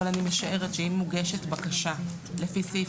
אני משערת שאם מוגשת בקשה לפי סעיף